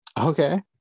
Okay